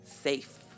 safe